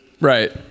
Right